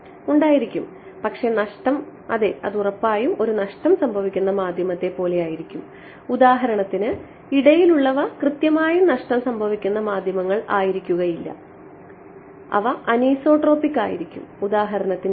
ഉണ്ടായിരിക്കും പക്ഷേ നഷ്ടം അതെ അത് ഉറപ്പായും ഒരു നഷ്ടം സംഭവിക്കുന്ന മാധ്യമത്തെ പോലെയായിരിക്കും ഉദാഹരണത്തിന് ഇടയിലുള്ളവ കൃത്യമായും നഷ്ടം സംഭവിക്കുന്ന മാധ്യമങ്ങൾ ആയിരിക്കുകയില്ല അവ അനീസോട്രോപിക് ആയിരിക്കും ഉദാഹരണത്തിന് ഇവിടെ